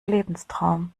lebenstraum